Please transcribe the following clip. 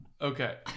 Okay